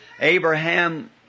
Abraham